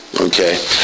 okay